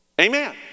Amen